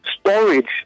storage